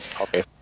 Okay